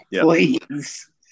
Please